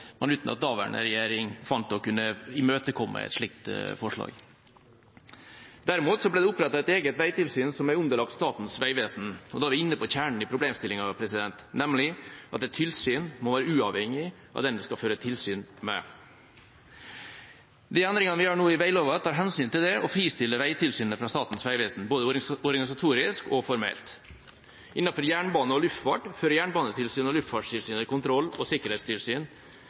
uten at den daværende regjeringa fant å kunne imøtekomme et slikt forslag. Derimot ble det opprettet et eget veitilsyn som er underlagt Statens vegvesen. Og da er vi inne på kjernen i problemstillinga, nemlig at et tilsyn må være uavhengig av dem det skal føre tilsyn med. De endringene vi nå gjør i veglova, tar hensyn til det og fristiller Vegtilsynet fra Statens vegvesen, både organisatorisk og formelt. Innenfor jernbane og luftfart fører Jernbanetilsynet og Luftfartstilsynet kontroll og sikkerhetstilsyn,